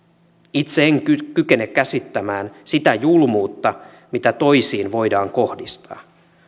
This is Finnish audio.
itse en kykene käsittämään sitä julmuutta mitä toisiin voidaan kohdistaa